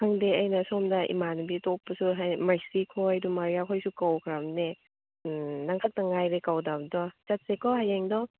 ꯈꯪꯗꯦ ꯑꯩꯅ ꯑꯁꯣꯝꯗ ꯏꯃꯥꯟꯅꯕꯤ ꯑꯇꯣꯞꯄꯁꯨ ꯍꯥꯏꯗꯤ ꯃꯔꯁꯤ ꯈꯣꯏ ꯑꯗꯨ ꯃꯔꯤꯌꯥ ꯈꯣꯏꯁꯨ ꯀꯧꯈ꯭ꯔꯕꯅꯦ ꯅꯪ ꯈꯛꯇ ꯉꯥꯏꯔꯦ ꯀꯧꯗꯕꯗꯣ ꯆꯠꯁꯦꯀꯣ ꯍꯌꯦꯡꯗꯣ